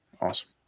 awesome